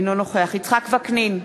אינו נוכח יצחק וקנין,